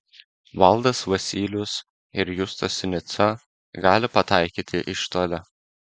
valdas vasylius ir justas sinica gali pataikyti iš toli